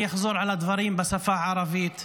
אני אחזור על הדברים בשפה הערבית.